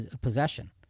possession